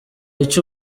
icyo